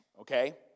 Okay